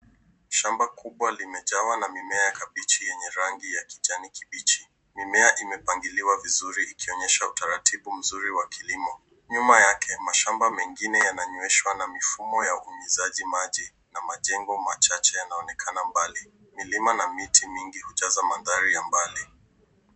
Shamba kubwa limejawa na mimea ya kabichi yenye rangi ya kijani kibichi. Mimea imepangiliwa vizuri ikionyesha utaratibu mzuri wa kilimo. Nyuma yake, mashamba mengine yananyweshwa na mifumo ya unyunyiziaji maji na majengo machache yanaonekana mbali. Milima na miti mingi hujaza mandhari ya mbali.